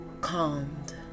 calmed